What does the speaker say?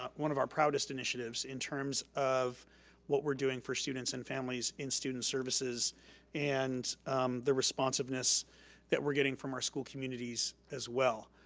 um one of our proudest initiatives in terms of what we're doing for students and families in student services and the responsiveness that we're getting from our school communities as well.